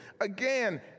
Again